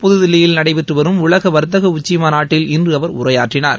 புதுதில்லியில் நடைபெற்றுவரும் உலக வர்த்தக உச்சிமாநாட்டில்இன்று அவர் உரையாற்றினார்